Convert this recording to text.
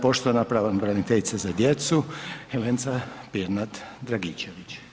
Poštovana pravobraniteljica za djecu Helenca Pirnat Dragičević.